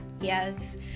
Yes